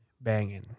Banging